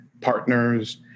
partners